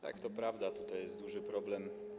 Tak, to prawda, tutaj jest duży problem.